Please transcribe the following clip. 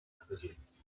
afegits